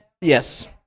Yes